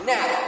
Now